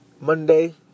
Monday